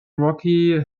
rocky